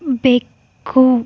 ಬೆಕ್ಕು